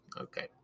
Okay